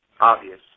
obvious